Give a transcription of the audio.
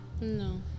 no